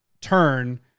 turn